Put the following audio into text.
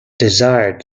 desired